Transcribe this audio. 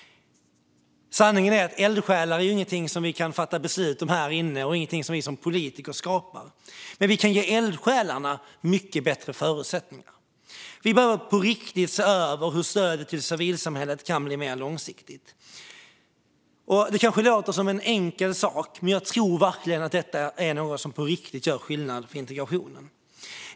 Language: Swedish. Sanningen är att eldsjälar inte är något som vi här inne kan fatta beslut om eller som vi politiker skapar. Men vi kan ge eldsjälarna mycket bättre förutsättningar. Vi behöver på riktigt se över hur stödet till civilsamhället kan bli mer långsiktigt. Det låter kanske som en enkel sak. Men jag tror verkligen att det på riktigt gör skillnad för integrationen.